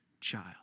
child